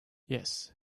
yes